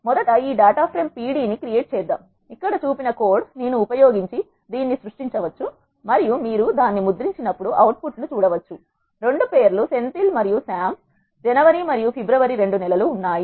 మొదట ఈ data frame pd ని క్రియేట్ చేద్దాం ఇక్కడ చూపిన కోడ్ నేను ఉపయోగించి దీనిని సృష్టించవచ్చు మరియు మీరు దానిని ముద్రించినప్పుడు అవుట్ పుట్ ను చూడవచ్చు 2 పేర్లు సెంథిల్ మరియు సామ్ మరియు జనవరి మరియు ఫిబ్రవరి 2 నెలలు ఉన్నాయి